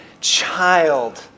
child